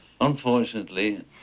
Unfortunately